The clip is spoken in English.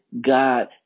God